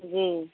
जी